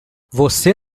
você